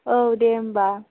औ दे होनबा